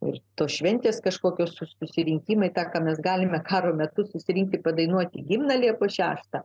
ir tos šventės kažkokius susirinkimai tą ką mes galime karo metu susirinkti padainuoti himną liepos šeštą